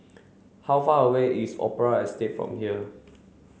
how far away is Opera Estate from here